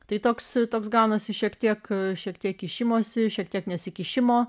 tai toks toks gaunasi šiek tiek šiek tiek kišimosi šiek tiek nesikišimo